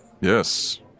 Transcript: Yes